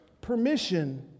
permission